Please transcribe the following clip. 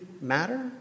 matter